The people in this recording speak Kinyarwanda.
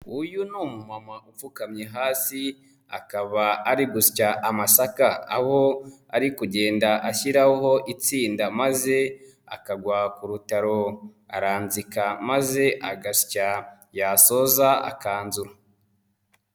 Uyu ni umumama upfukamye hasi akaba ari gusya amasaka aho ari kugenda ashyiraho itsinda maze akagwa ku rutaro, aranzika maze agasya yasoza akanzura.